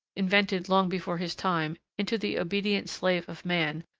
invented long before his time, into the obedient slave of man,